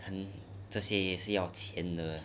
这些也是要钱的